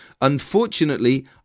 Unfortunately